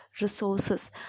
resources